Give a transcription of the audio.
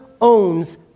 owns